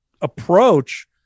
approach